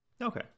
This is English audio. okay